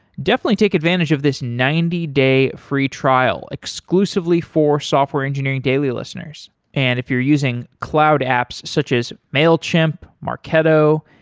definitely take advantage of this ninety day free trial, exclusively for software engineering daily listeners and, if you're using cloud apps such as mailchimp, marketo,